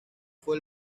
fue